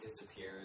disappears